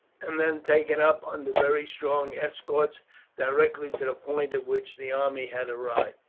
and then taken up under very strong escorts directly to the point at which the army had arrived.